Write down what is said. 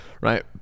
right